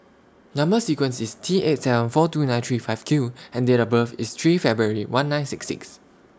Number sequence IS T eight seven four two nine three five Q and Date of birth IS three February one nine six six